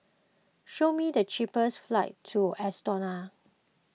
show me the cheapest flights to Estonia